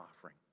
offering